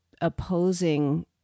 opposing